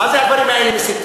מה זה, "הדברים האלה מסיתים"?